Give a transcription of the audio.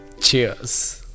Cheers